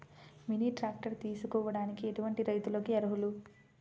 Mini tractor తీసుకోవడానికి ఎటువంటి రైతులకి అర్హులు?